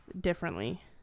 differently